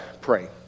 pray